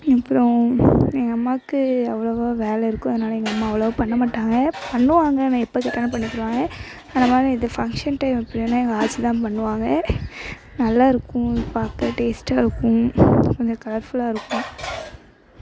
அப்றம் எங்கள் அம்மாவுக்கு அவ்ளோவாக வேலை இருக்கும் அதனால எங்கள் அம்மா அவ்ளோவாக பண்ண மாட்டாங்க பண்ணுவாங்க நான் எப்போ கேட்டாலும் பண்ணித் தருவாங்க அந்த மாதிரி இந்த ஃபங்க்ஷன் டைம் அப்படின்னா எங்கள் ஆச்சி தான் பண்ணுவாங்க நல்லாயிருக்கும் பார்க்க டேஸ்ட்டாக இருக்கும் கொஞ்சம் கலர்ஃபுல்லாக இருக்கும்